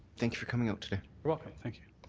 thanks for coming out today. you're welcome. thank you.